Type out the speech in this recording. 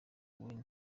weah